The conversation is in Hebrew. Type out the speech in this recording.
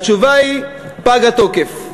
התשובה היא: פג התוקף.